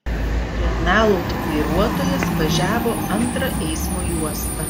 renault vairuotojas važiavo antrą eismo juosta